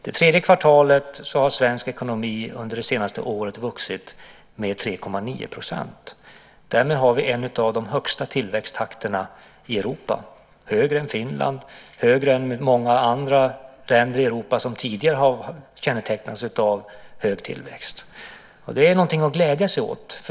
Det tredje kvartalet har svensk ekonomi det senaste året vuxit med 3,9 %. Därmed har vi en av de högsta tillväxttakterna i Europa, högre än Finland och högre än många andra länder i Europa som tidigare har kännetecknats av hög tillväxt. Det är något att glädja sig åt.